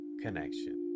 connection